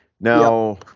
now